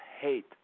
hate